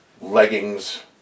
leggings